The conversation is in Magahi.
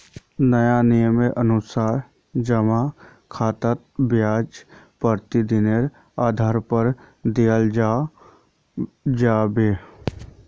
नया नियमेर अनुसार जमा खातात ब्याज प्रतिदिनेर आधार पर दियाल जाबे